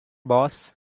boss